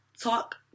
talk